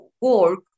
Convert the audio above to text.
work